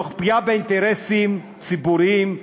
תוך פגיעה באינטרסים ציבוריים,